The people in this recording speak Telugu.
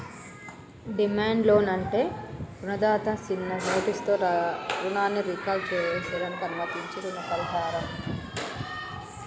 డిమాండ్ లోన్ అంటే రుణదాత సిన్న నోటీసులో రుణాన్ని రీకాల్ సేయడానికి అనుమతించించీ రుణ పరిహారం